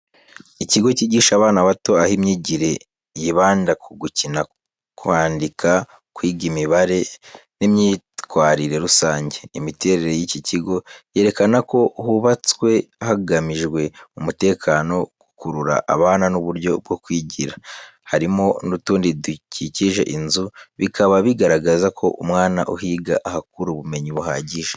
Ikigo cyigisha abana bato, aho imyigire yibanda ku gukina, kwandika, kwiga imibare n’imyitwarire rusange. Imiterere y’iki kigo yerekana ko hubatswe hagamijwe umutekano, gukurura abana n’uburyo bwo kwigira. Harimo n’utundi dukikije inzu, bikaba bigaragaza ko umwana uhiga ahakura ubumenyi buhagije.